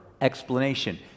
explanation